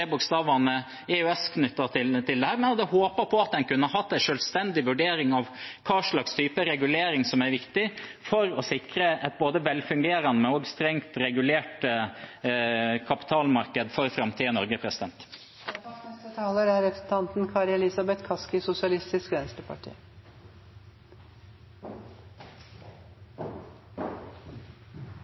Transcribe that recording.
bokstavene «EØS» knyttet til den. Jeg hadde håpet på at en kunne hatt en selvstendig vurdering av hva slags type regulering som er viktig for å sikre et velfungerende, men også strengt regulert kapitalmarked for framtiden i Norge.